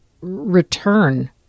return